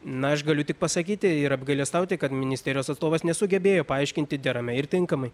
na aš galiu tik pasakyti ir apgailestauti kad ministerijos atstovas nesugebėjo paaiškinti deramai ir tinkamai